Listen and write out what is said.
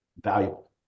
valuable